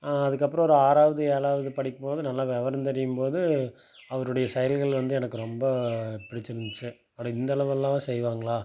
அதுக்கப்புறம் ஒரு ஆறாவது ஏழாவது படிக்கும்போது நல்லா விவரம் தெரியும்போது அவருடைய செயல்கள் வந்து எனக்கு ரொம்ப பிடிச்சிருந்துச்சி அப்படி இந்த அளவெல்லாம் செய்வாங்களா